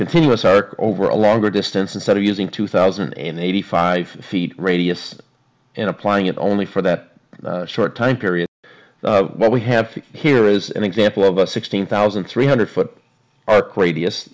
continuous arc over a longer distance instead of using two thousand and eighty five feet radius and applying it only for that short time period what we have here is an example of a sixteen thousand three hundred foot arc radius